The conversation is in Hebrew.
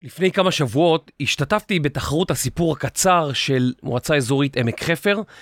לפני כמה שבועות השתתפתי בתחרות הסיפור הקצר של מועצה אזורית עמק חפר.